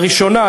הראשונה,